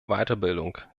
weiterbildung